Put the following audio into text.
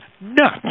nuts